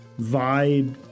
vibe